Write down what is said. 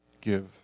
give